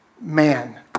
Man